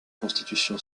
constitution